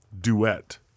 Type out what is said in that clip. duet